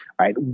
right